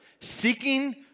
seeking